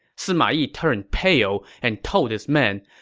sima yi turned pale and told his men,